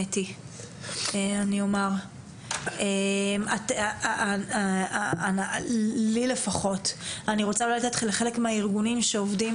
מספר דוברים שנמנים על חלק מהארגונים שעובדים